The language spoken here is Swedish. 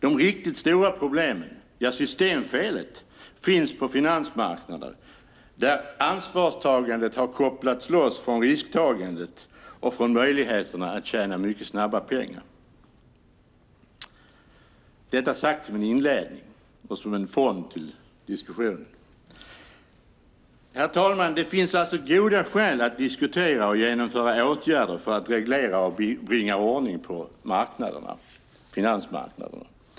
De riktigt stora problemen, ja systemfelet, finns på finansmarknaderna där ansvarstagandet har kopplats loss från risktagandet och från möjligheterna att tjäna snabba pengar. Detta sagt som en inledning och fond till diskussionen. Herr talman! Det finns alltså goda skäl till att diskutera och genomföra åtgärder för att reglera och bringa ordning på finansmarknaderna.